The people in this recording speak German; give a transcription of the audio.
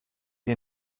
ihr